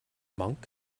monk